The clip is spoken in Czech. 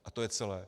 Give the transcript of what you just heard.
A to je celé.